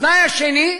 התנאי השני,